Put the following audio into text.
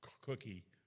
cookie